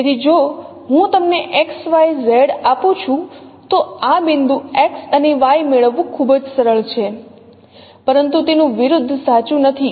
તેથી જો હું તમને X Y Z આપું છું તો આ બિંદુ x અને y મેળવવું ખૂબ જ સરળ છે પરંતુ તેનું વિરુદ્ધ સાચું નથી